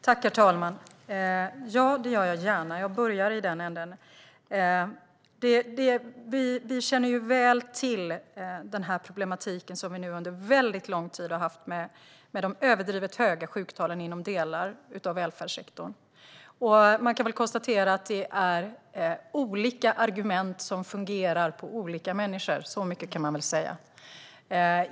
Herr talman! Ja, det gör jag gärna. Jag börjar där. Vi känner väl till problemen som har funnits under lång tid med de överdrivet höga sjuktalen inom delar av välfärdssektorn. Olika argument fungerar på olika människor.